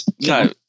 No